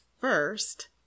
first